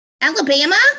Alabama